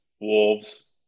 Wolves